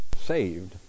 saved